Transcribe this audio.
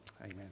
Amen